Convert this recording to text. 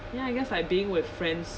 ya I guess I being with friends